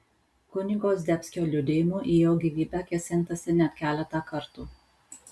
kunigo zdebskio liudijimu į jo gyvybę kėsintasi net keletą kartų